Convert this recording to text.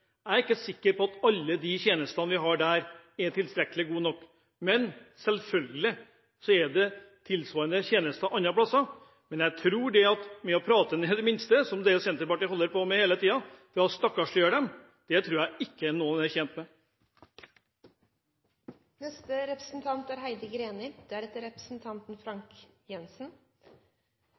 Jeg er ikke sikker på at alle de tjenestene vi har der, er gode nok, men selvfølgelig er det tilsvarende tjenester andre plasser. Men å prate ned de minste, som er det Senterpartiet holder på med hele tiden ved å stakkarsliggjøre dem, tror jeg ikke noen er tjent med. Representanten Heidi Greni